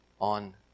on